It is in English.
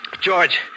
George